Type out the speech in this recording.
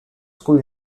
school